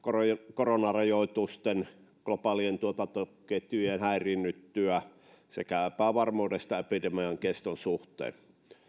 koronarajoitusten takia globaalien tuotantoketjujen häiriinnyttyä sekä epävarmuudesta epidemian keston suhteen